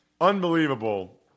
Unbelievable